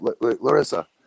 Larissa